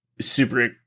super